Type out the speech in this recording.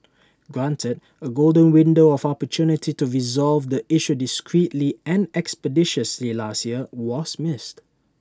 granted A golden window of opportunity to resolve the issue discreetly and expeditiously last year was missed